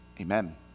Amen